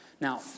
Now